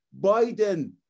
Biden